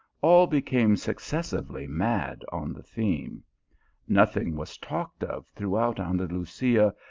all became successively mad on the theme nothing was talked of throughout andalusia,